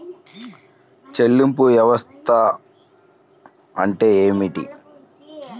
చెల్లింపు వ్యవస్థ అంటే ఏమిటి?